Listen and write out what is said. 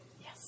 Yes